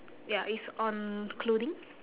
ya it's on clothing